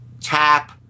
tap